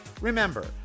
Remember